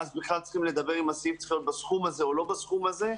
ואז צריכים לדבר אם הסעיף צריך להיות בסכום הזה או לא בסכום הזה.